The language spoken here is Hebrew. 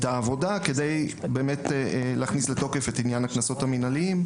העבודה כדי להכניס לתוקף את עניין הקנסות המינהליים.